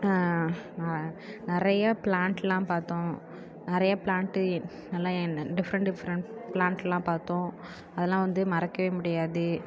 நிறையா பிளான்ட்லாம் பார்த்தோம் நிறையா பிளான்ட்டு நல்லா டிஃப்ரென்ட் டிஃப்ரென்ட் பிளான்ட்லாம் பார்த்தோம் அதெல்லாம் வந்து மறக்க முடியாது